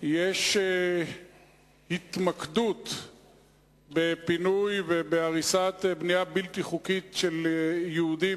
יש התמקדות בפינוי ובהריסה של בנייה בלתי חוקית של יהודים,